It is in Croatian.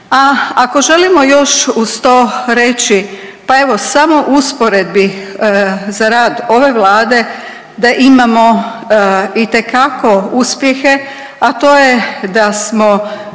a ako želimo još uz to reći, pa evo, samo usporedbi za rad ove Vlade da imamo itekako uspjehe, a to je da smo